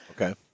Okay